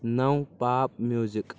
no pop music